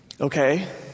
Okay